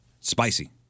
Spicy